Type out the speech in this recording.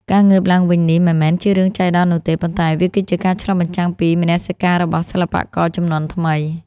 ការងើបឡើងវិញនេះមិនមែនជារឿងចៃដន្យនោះទេ ប៉ុន្តែវាគឺជាការឆ្លុះបញ្ចាំងពីមនសិការរបស់សិល្បករជំនាន់ថ្មី។